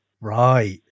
right